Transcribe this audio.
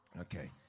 Okay